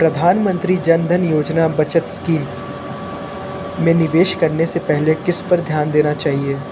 प्रधानमंत्री जन धन योजना बचत स्कीम में निवेश करने से पहले किस पर ध्यान देना चाहिए